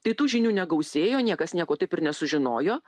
tai tų žinių negausėjo niekas nieko taip ir nesužinojo